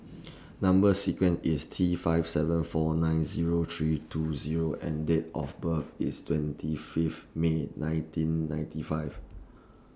Number sequence IS T five seven four nine Zero three two Zero and Date of birth IS twenty Fifth May nineteen ninety five